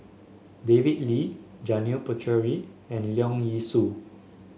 David Lee Janil Puthucheary and Leong Yee Soo